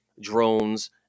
drones